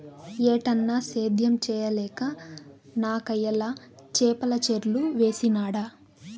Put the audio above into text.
ఏటన్నా, సేద్యం చేయలేక నాకయ్యల చేపల చెర్లు వేసినాడ